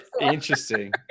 interesting